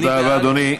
תודה רבה, אדוני.